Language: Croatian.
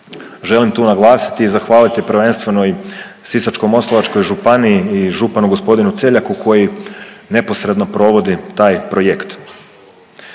Želim tu naglasiti i zahvaliti prvenstveno i Sisačko-moslavačkoj županiji i županu gospodinu Celjaku koji neposredno provodi taj projekt.